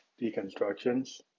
deconstructions